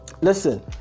listen